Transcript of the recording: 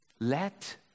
Let